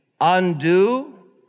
undo